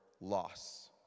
loss